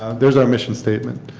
there is our mission statement,